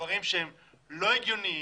דברים שהם לא הגיוניים,